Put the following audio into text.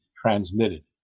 transmitted